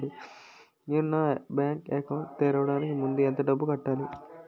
నేను నా bank account తెరవడానికి ముందు ఎంత డబ్బులు కట్టాలి?